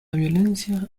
violencia